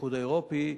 האיחוד האירופי,